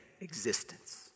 existence